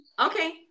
Okay